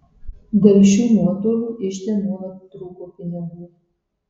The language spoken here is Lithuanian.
dėl šių nuotolių ižde nuolat trūko pinigų